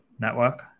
network